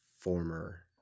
former